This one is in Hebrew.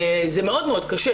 זה מאוד מאוד קשה.